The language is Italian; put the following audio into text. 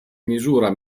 misura